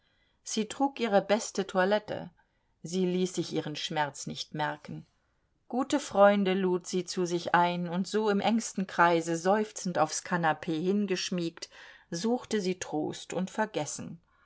sie trug ihre beste toilette sie ließ sich ihren schmerz nicht merken gute freunde lud sie zu sich ein und so in engstem kreise seufzend aufs kanapee hingeschmiegt suchte sie trost und vergessen